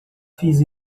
fiz